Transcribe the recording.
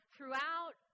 Throughout